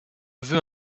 veut